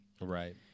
Right